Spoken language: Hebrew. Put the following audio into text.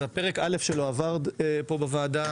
פרק א' שלו עבר פה בוועדה,